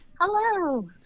hello